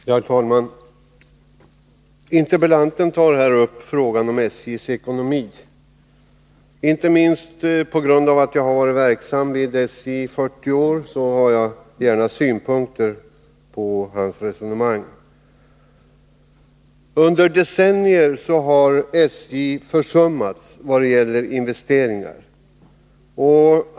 Herr talman! Per Stenmarck tar här upp frågan om SJ:s ekonomi. Inte minst därför att jag har varit verksam vid SJ i 40 år passar jag gärna på att anlägga några synpunkter på interpellantens resonemang. Under decennier har SJ försummats vad gäller investeringar.